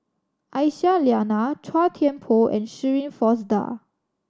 Aisyah Lyana Chua Thian Poh and Shirin Fozdar